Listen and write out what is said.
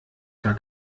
gar